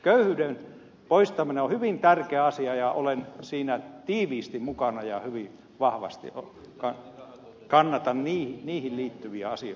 köyhyyden poistaminen on hyvin tärkeä asia ja olen siinä tiiviisti mukana ja hyvin vahvasti kannatan niihin liittyviä asioita